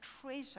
treasure